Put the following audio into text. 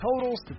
totals